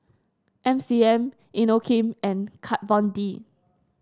M C M Inokim and Kat Von D